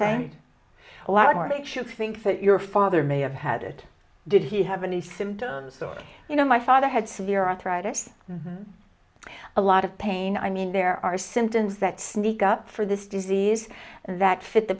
then a lot more it should think that your father may have had it did he have any symptoms you know my father had severe arthritis v a lot of pain i mean there are symptoms that sneak up for this disease that fit the